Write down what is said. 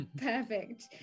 Perfect